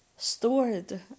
stored